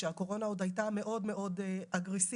כשהקורונה עוד הייתה מאוד מאוד אגרסיבית,